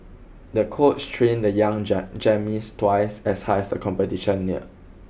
the coach trained the young twice as hard as the competition neared